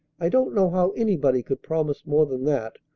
i don't know how anybody could promise more than that.